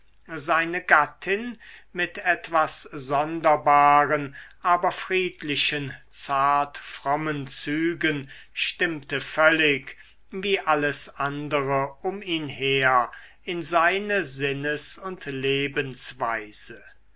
seine gattin mit etwas sonderbaren aber friedlichen zartfrommen zügen stimmte völlig wie alles andere um ihn her in seine sinnes und lebensweise